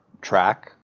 track